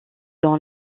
dans